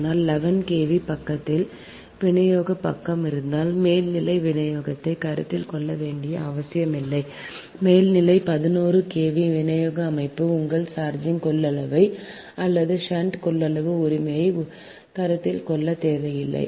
ஆனால் 11 KV பக்கத்தில் விநியோகப் பக்கம் இருந்தால் மேல்நிலை விநியோகத்தை கருத்தில் கொள்ள வேண்டிய அவசியமில்லை மேல்நிலை 11 KV விநியோக அமைப்பு உங்கள் சார்ஜிங் கொள்ளளவை அல்லது ஷன்ட் கொள்ளளவு உரிமையை கருத்தில் கொள்ள தேவையில்லை